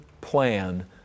plan